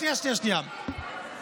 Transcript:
שנייה, שנייה, שנייה.